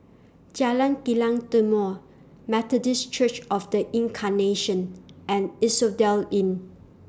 Jalan Kilang Timor Methodist Church of The Incarnation and Asphodel Inn